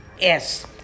Yes